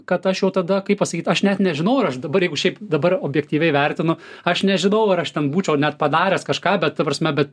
kad aš jau tada kaip pasakyt aš net nežinau ar aš dabar jeigu šiaip dabar objektyviai vertinu aš nežinau ar aš ten būčiau net padaręs kažką bet ta prasme bet